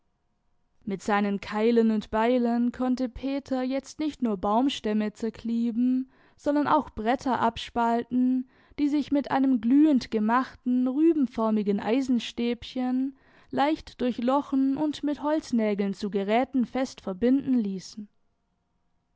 mit seinen keilen und beilen konnte peter jetzt nicht nur baumstämme zerklieben sondern auch bretter abspalten die sich mit einem glühend gemachten rübenförmigen eisenstäbchen leicht durchlochen und mit holznägeln zu geräten fest verbinden ließen